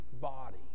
body